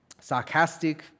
sarcastic